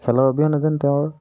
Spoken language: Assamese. খেলৰ অবিহনে যেন তেওঁৰ